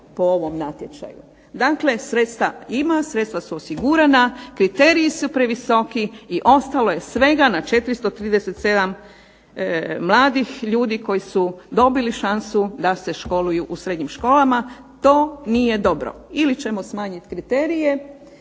Dakle sredstva ima, sredstva su osigurana, kriteriji su previsoki i ostalo je svega na 437 mladih ljudi koji su dobili šansu da se školuju u srednjim školama. To nije dobro. ili ćemo smanjit kriterije